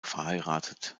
verheiratet